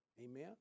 Amen